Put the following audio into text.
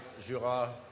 Jura